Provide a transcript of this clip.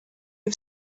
you